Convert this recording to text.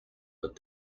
but